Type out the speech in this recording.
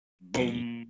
Boom